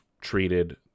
treated